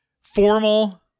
Formal